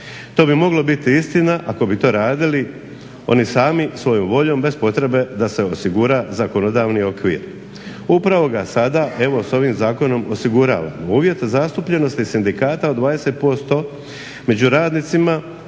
to bi moglo biti istina ako bi to radili oni sami svojom voljom bez potrebe da se osigura zakonodavni okvir. Upravo ga sada evo s ovim zakonom osiguravamo. Uvjete zastupljenosti sindikata od 20% među radnicima,